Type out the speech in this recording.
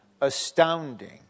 astounding